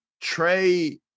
Trey